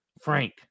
Frank